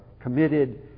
committed